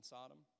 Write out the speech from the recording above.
Sodom